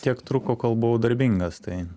tiek truko kol buvau darbingas tai